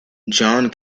john